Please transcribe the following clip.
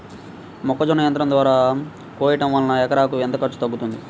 మొక్కజొన్న యంత్రం ద్వారా కోయటం వలన ఎకరాకు ఎంత ఖర్చు తగ్గుతుంది?